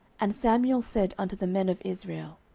and samuel said unto the men of israel,